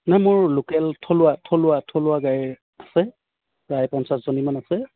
না মোৰ লোকেল থলুৱা থলুৱা থলুৱা গাই আছে প্ৰায় পঞ্চাছজনীমান আছে